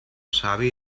savi